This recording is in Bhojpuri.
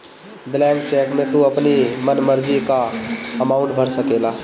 ब्लैंक चेक में तू अपनी मन मर्जी कअ अमाउंट भर सकेला